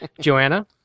Joanna